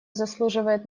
заслуживает